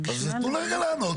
אז תנו לו לענות.